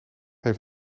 heeft